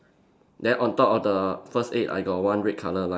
then on top of the first aid I got one red colour line